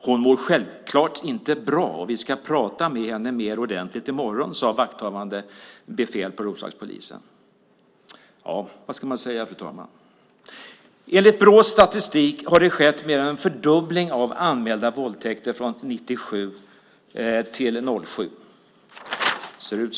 Hon mår självklart inte bra, och vi ska prata med henne mer ordentligt i morgon, sade vakthavande befäl på Roslagspolisen. Ja, vad ska man säga, fru talman? Enligt Brås statistik har det skett mer än en fördubbling av anmälda våldtäkter från 1997 till 2007. Jag visar här hur statistiken ser ut.